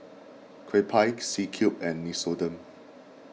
Kewpie C Cube and Nixoderm